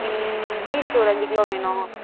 ம் பீன்ஸ் ஒரு அஞ்சு கிலோ வேணும்